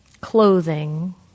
clothing